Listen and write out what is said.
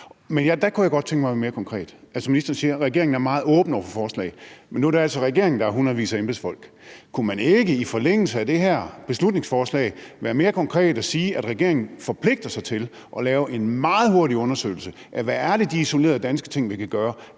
Men der kunne jeg godt tænke mig at være mere konkret. Ministeren siger, at regeringen er meget åben over for forslaget, men nu er det altså regeringen, der har hundredvis af embedsfolk. Kunne man ikke i forlængelse af det her beslutningsforslag være mere konkret og sige, at regeringen forpligter sig til at lave en meget hurtig undersøgelse af, hvilke ting vi isoleret set i Danmark